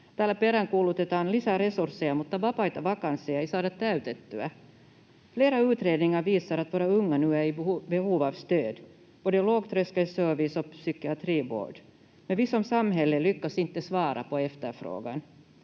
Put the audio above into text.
Täällä peräänkuulutetaan lisää resursseja, mutta vapaita vakansseja ei saada täytettyä. Flera utredningar visar att våra unga nu är i behov av stöd, både lågtröskelservice och psykiatrivård, men vi som samhälle lyckas inte svara